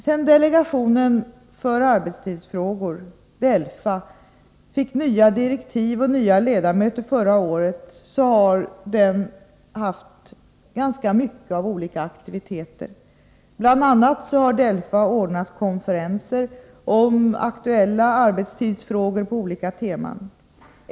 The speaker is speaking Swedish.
Sedan delegationen för arbetstidsfrågor, DELFA, fick nya direktiv och nya ledamöter förra året har den haft ganska mycket av olika aktiviteter. Bl.a. har DELFA anordnat konferenser om aktuella arbetstidsfrågor på olika teman.